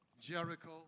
Jericho